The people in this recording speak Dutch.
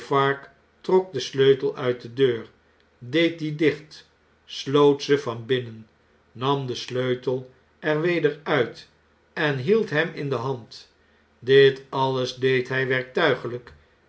trok den sleutel uit de deur deed die dicht sloot ze van binnen nam den sleutel er weder uit en hield hem in de hand dit alles deed hij werktuigln'k